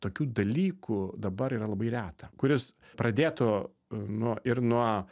tokių dalykų dabar yra labai reta kuris pradėtų nu ir nuo